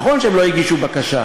נכון שהם לא הגישו בקשה,